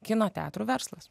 kino teatrų verslas